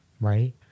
right